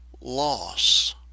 loss